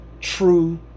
true